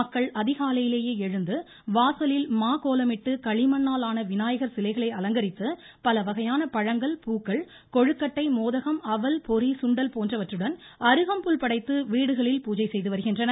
மக்கள் அதிகாலையிலேயே எழுந்து வாசலில் மா கோலமிட்டு களிமண்ணால் ஆன விநாயகர் சிலைகளை அலங்கரித்து பலவகையான பழங்கள் பூக்கள் கொழுக்கட்டை மோதகம் அவல் பொரி சுண்டல் போன்றவற்றுடன் அருகம்புல் படைத்து வீடுகளில் பூஜை செய்து வருகின்றனர்